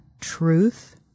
truth